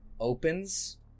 opens